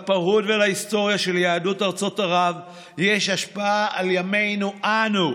לפרהוד ולהיסטוריה של יהדות ארצות ערב יש השפעה על ימינו אנו.